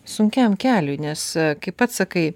sunkiam keliui nes kaip pats sakai